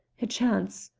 a chance.